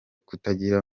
kutagira